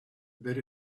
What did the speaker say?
that